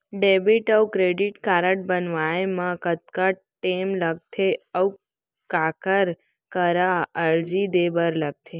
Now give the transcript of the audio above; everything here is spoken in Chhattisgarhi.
डेबिट अऊ क्रेडिट कारड बनवाए मा कतका टेम लगथे, अऊ काखर करा अर्जी दे बर लगथे?